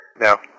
Now